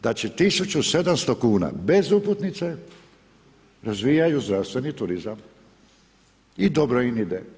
Znači 1700 kn bez uputnice, razvijaju zdravstveni turizam i dobro im ide.